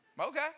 Okay